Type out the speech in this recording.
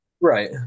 Right